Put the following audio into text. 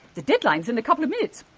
the deadline's in a couple of minutes!